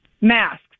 Masks